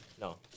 no